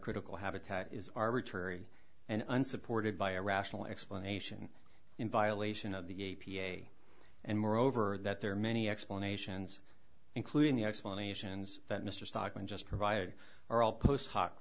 critical habitat is arbitrary and unsupported by a rational explanation in violation of the a p a and moreover that there are many explanations including the explanations that mr stockman just provided are all post